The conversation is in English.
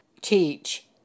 teach